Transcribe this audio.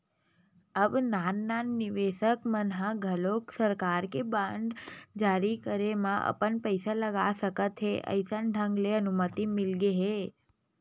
अब नान नान निवेसक मन ह घलोक सरकार के बांड जारी करे म अपन पइसा लगा सकत हे अइसन ढंग ले अनुमति मिलगे हे